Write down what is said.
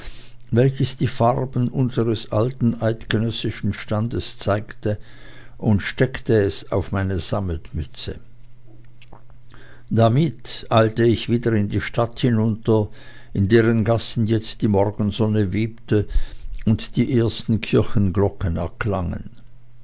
welches die farben unsers alten eidgenössischen standes zeigte und steckte es auf meine sammetmütze damit eilte ich wieder in die stadt hinunter in deren gassen jetzt die morgensonne webte und die ersten kirchenglocken erklangen